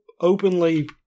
openly